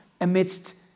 amidst